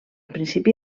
principi